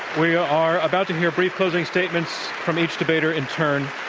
we are about to hear brief closing statements from each debater in turn.